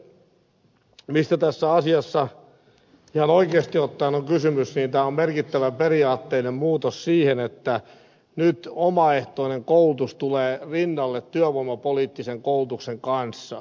mistä tässä asiassa ihan oikeasti ottaen on kysymys niin tämä on merkittävä periaatteellinen muutos siihen että nyt omaehtoinen koulutus tulee työvoimapoliittisen koulutuksen rinnalle